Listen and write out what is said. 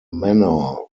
manor